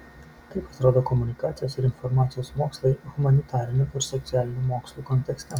kaip atrodo komunikacijos ir informacijos mokslai humanitarinių ir socialinių mokslų kontekste